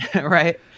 right